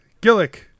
Gillick